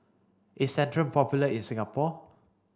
is Centrum popular in Singapore